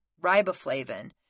riboflavin